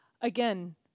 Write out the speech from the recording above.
again